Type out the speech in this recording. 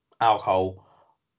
alcohol